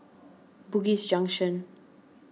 Bugis Junction